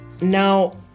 Now